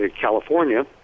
California